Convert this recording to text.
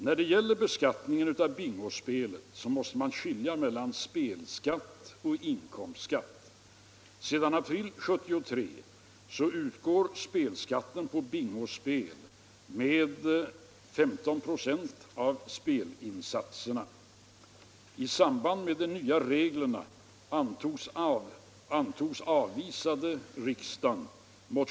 När det gäller beskattning av bingospel måste man skilja mellan spelskatt och inkomstskatt.